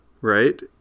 right